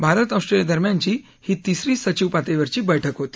Bharat Australia दरम्यानची ही तिसरी सचिव पातळीवरची बैठक होती